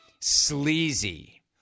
sleazy